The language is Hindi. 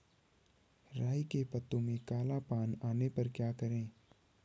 राई के पत्तों में काला पन आने पर क्या करें?